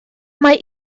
mai